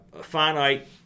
finite –